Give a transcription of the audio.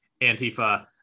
Antifa